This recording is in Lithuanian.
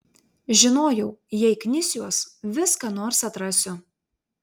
žinojau jei knisiuos vis ką nors atrasiu